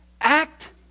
act